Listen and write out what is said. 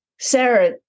Sarah